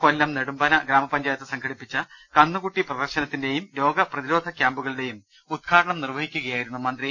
കൊല്ലം നെടുമ്പന ഗ്രാമപഞ്ചായത്ത് സംഘടിപ്പിച്ച കന്നുകുട്ടി പ്രദർശന ത്തിന്റെയും രോഗപ്രതിരോധ കൃാമ്പുകളുടെയും ഉദ്ഘാടനം നിർവഹിക്കുകയായിരുന്നു മന്ത്രി